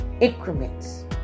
increments